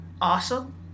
Awesome